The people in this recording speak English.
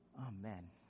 amen